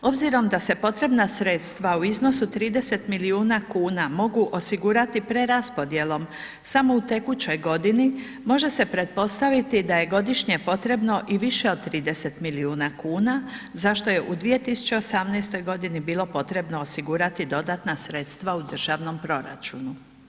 Obzirom da se potrebna sredstva u iznosu od 30 milijuna kuna mogu osigurati preraspodjelom, samo u tekućoj godini, može se pretpostaviti da je godišnje potrebno i više od 30 milijuna kuna, za što je u 2018. godini bilo potrebno osigurati dodatna sredstva u državnom proračunu.